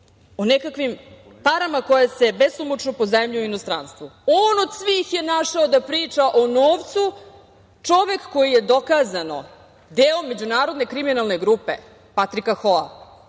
o nekakvim parama koje se besomučno pozajmljuju u inostranstvu. On od svih je našao da priča o novcu, čovek koji je dokazano deo međunarodne kriminalne grupe Patrika Hoa